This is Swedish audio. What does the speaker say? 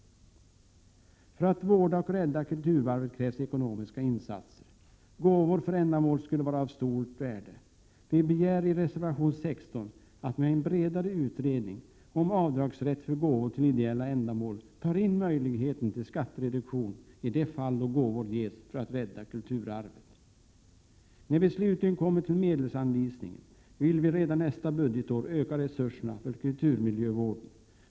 För att vårda och rädda kulturarvet krävs ekonomiska insatser. Gåvor för ändamålet skulle vara av stort värde. Vi begär i reservation 16 att man i en bredare utredning om rätt till avdrag för gåvor till ideella ändamål tar in möjligheten till skattereduktion i de fall då gåvor ges för att rädda kulturarvet. När vi slutligen kommer till medelsanvisningen vill vi redan nästa budgetår öka resurserna för kulturmiljövården.